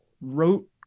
wrote